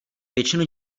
většinu